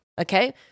Okay